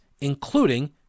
including